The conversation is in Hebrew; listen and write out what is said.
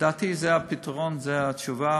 לדעתי זה הפתרון, זו התשובה.